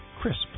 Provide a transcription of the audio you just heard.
crisp